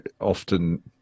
often